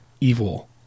evil